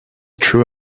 true